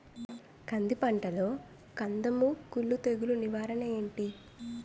కంది పంటలో కందము కుల్లు తెగులు నివారణ ఏంటి?